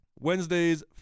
Wednesdays